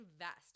invest